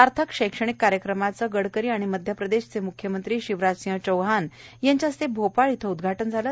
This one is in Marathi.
सार्थक शैक्षणिक कार्यक्रमाचं काल गडकरी आणि मध्यप्रदेशचे मुख्यमंत्री शिवराजसिंग चौहान यांच्या हस्ते भोपाळमध्ये उदघाटन झालं